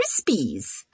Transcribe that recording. Krispies